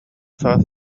саас